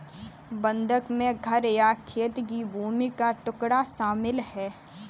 बंधक में घर या खेत की भूमि का टुकड़ा शामिल है